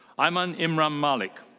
eiman imran malik.